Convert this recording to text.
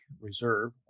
Reserve